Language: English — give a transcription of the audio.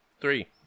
Three